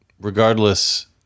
regardless